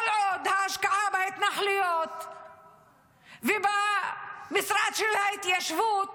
כל עוד ההשקעה בהתנחלויות ובמשרד ההתיישבות,